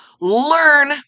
Learn